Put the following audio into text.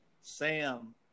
Sam